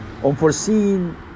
Unforeseen